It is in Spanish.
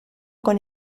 con